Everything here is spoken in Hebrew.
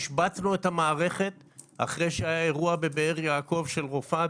השבתנו את המערכת אחרי שהיה אירוע בבאר יעקב של רופאה,